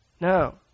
No